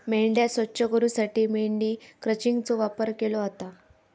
मेंढ्या स्वच्छ करूसाठी मेंढी क्रचिंगचो वापर केलो जाता